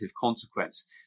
consequence